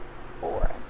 four